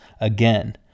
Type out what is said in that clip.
again